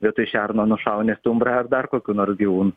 vietoj šerno nušauni stumbrą ar dar kokių nors gyvūnų